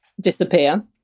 disappear